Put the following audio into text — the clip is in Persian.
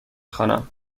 خوانم